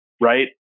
Right